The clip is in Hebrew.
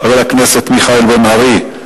חבר הכנסת מיכאל בן-ארי,